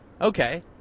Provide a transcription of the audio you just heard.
okay